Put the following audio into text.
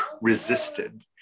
resisted